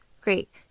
Great